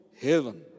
Heaven